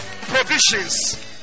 provisions